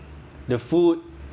the food